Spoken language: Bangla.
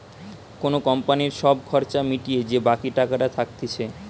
কোন কোম্পানির সব খরচা মিটিয়ে যে বাকি টাকাটা থাকতিছে